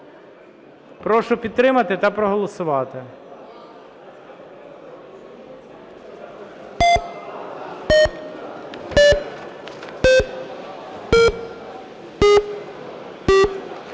Прошу підтримати та проголосувати.